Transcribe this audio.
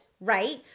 right